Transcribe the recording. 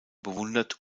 bewundert